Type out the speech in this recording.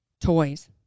toys